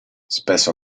spesso